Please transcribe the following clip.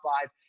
five